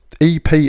EP